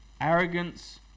Arrogance